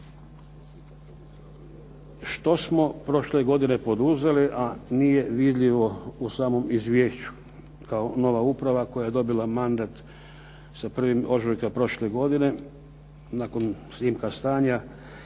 Što smo prošle godine poduzeli, a nije vidljivo u samom izvješću kao nova uprava koja je dobila mandat sa 01. ožujkom prošle godine, nakon snimka stanja